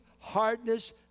hardness